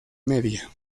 media